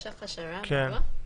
יש לך השערה למה?